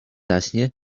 zaśnie